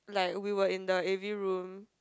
like we were in the a_v room